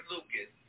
Lucas